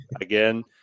Again